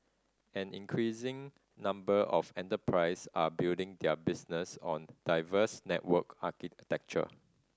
an increasing number of enterprise are building their business on diverse network architecture